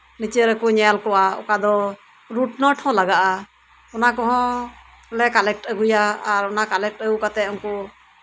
ᱱᱤᱪᱮ ᱨᱮᱠᱚ ᱧᱮᱞ ᱠᱚᱣᱟ ᱚᱠᱟ ᱫᱚ ᱨᱩᱴᱱᱚᱴ ᱦᱚᱸ ᱞᱟᱜᱟᱜᱼᱟ ᱚᱱᱟ ᱠᱚᱦᱚᱸᱞᱮ ᱠᱟᱞᱮᱠᱴ ᱟᱹᱜᱩᱭᱟ ᱟᱨ ᱚᱱᱟ ᱠᱟᱞᱮᱠᱴ ᱟᱹᱜᱩ ᱠᱟᱛᱮᱜ ᱩᱱᱠᱩ